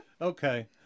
Okay